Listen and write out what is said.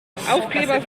aufkleber